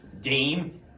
Dame